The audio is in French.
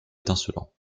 étincelant